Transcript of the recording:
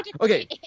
okay